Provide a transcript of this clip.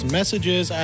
messages